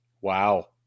Wow